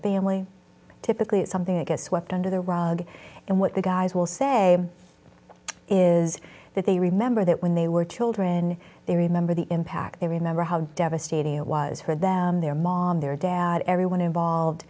family typically it's something that gets swept under the rug and what the guys will say is that they remember that when they were children they remember the impact they remember how devastating it was her that their mom their dad everyone involved